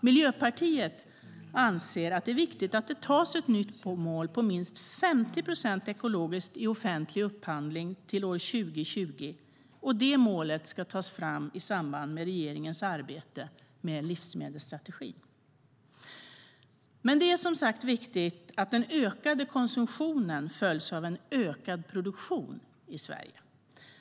Miljöpartiet anser att det är viktigt att det antas ett nytt mål på minst 50 procent ekologiskt i offentlig upphandling till 2020, och det målet ska tas fram i samband med regeringens arbete med en livsmedelsstrategi. Det är som sagt viktigt att den ökade konsumtionen följs av en ökad produktion i Sverige.